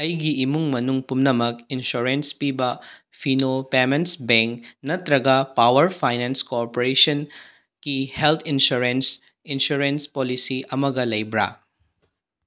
ꯑꯩꯒꯤ ꯏꯃꯨꯡ ꯃꯅꯨꯡ ꯄꯨꯝꯅꯃꯛ ꯏꯟꯁꯨꯔꯦꯟꯁ ꯄꯤꯕ ꯐꯤꯅꯣ ꯄꯦꯃꯦꯟ ꯕꯦꯡ ꯅꯠꯇ꯭ꯔꯒ ꯄꯥꯋꯥꯔ ꯐꯥꯏꯅꯥꯟꯁ ꯀꯣꯑꯣꯄꯔꯦꯁꯟꯀꯤ ꯍꯦꯜꯠ ꯏꯟꯁꯨꯔꯦꯟꯁ ꯏꯟꯁꯨꯔꯦꯟꯁ ꯄꯣꯂꯤꯁꯤ ꯑꯃꯒ ꯂꯩꯕ꯭ꯔꯥ